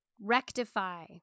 Rectify